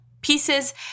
pieces